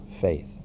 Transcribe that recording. faith